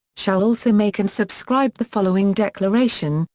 shall also make and subscribe the following declaration,